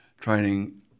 training